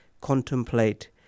contemplate